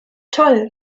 toll